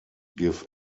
give